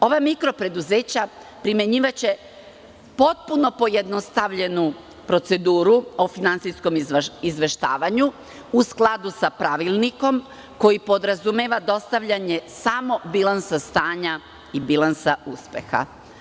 Ova mikropreduzeća primenjivaće potpuno pojednostavljenu proceduru o finansijskom izveštavanju u skladu sa pravilnikom koji podrazumeva dostavljanje samo bilansa stanja i bilansa uspeha.